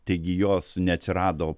taigi jos neatsirado